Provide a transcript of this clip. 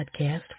Podcast